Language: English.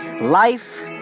Life